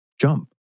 jump